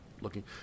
Looking